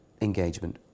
engagement